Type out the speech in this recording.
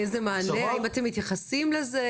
איזה מענה אתם הולכים לתת, האם אתם מתייחסים לזה?